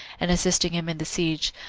and assisting him in the siege,